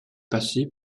passer